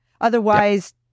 Otherwise-